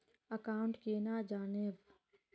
Account केना जाननेहव?